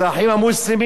זה "האחים המוסלמים"